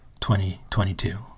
2022